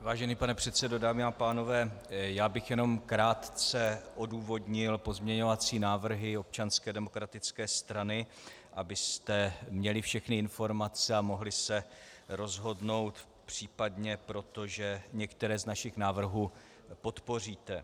Vážený pane předsedo, dámy a pánové, já bych jenom krátce odůvodnil pozměňovací návrhy Občanské demokratické strany, abyste měli všechny informace a mohli se rozhodnout případně pro to, že některé z našich návrhů podpoříte.